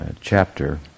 chapter